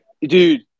dude